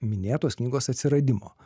minėtos knygos atsiradimo